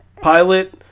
Pilot